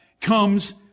comes